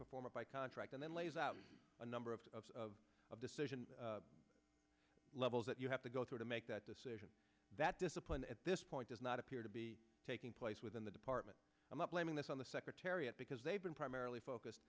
performer by contract and then lays out a number of decision levels that you have to go through to make that decision that discipline at this point does not appear to be taking place within the department i'm not blaming this on the secretary at because they've been primarily focused